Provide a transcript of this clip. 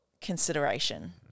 consideration